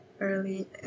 early